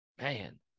man